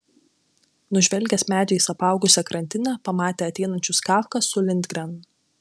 nužvelgęs medžiais apaugusią krantinę pamatė ateinančius kafką su lindgren